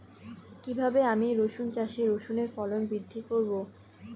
কীভাবে আমি রসুন চাষে রসুনের ফলন বৃদ্ধি করব?